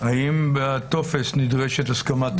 האם בטופס נדרשת הסכמת ההורים?